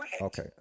Okay